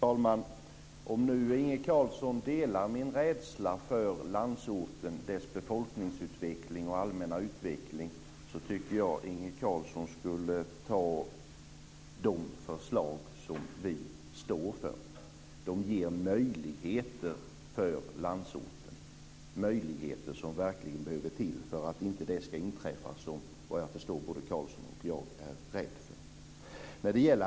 Fru talman! Om Inge Carlsson delar min rädsla för befolkningsutvecklingen på landsorten, skulle Inge Carlsson kunna anta de förslag vi står för. De ger möjligheter för landsorten, möjligheter som verkligen behövs för att det som både Carlsson och jag är rädd för inte ska inträffa.